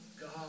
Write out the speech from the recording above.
God